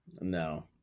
No